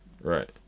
Right